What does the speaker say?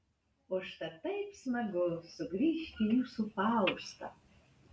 užtat taip smagu sugrįžti į jūsų faustą